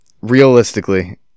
realistically